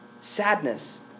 Sadness